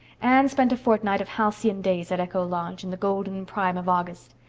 anne spent a fortnight of halcyon days at echo lodge in the golden prime of august.